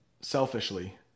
selfishly